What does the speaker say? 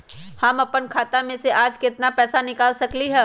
हम अपन खाता में से आज केतना पैसा निकाल सकलि ह?